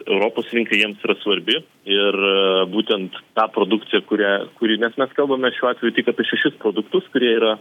europos rinka jiems yra svarbi ir būtent tą produkciją kurią kurį nes mes kalbame šiuo atveju tik apie šešis produktus kurie yra